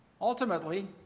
ultimately